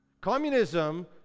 communism